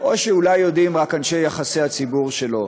או שאולי יודעים רק אנשי יחסי הציבור שלו,